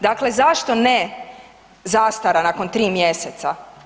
Dakle, zašto ne zastara nakon 3 mjeseca?